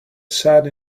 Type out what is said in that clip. sat